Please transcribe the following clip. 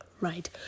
right